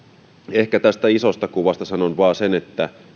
ehkä tästä isosta kuvasta sanon vain sen että